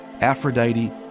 Aphrodite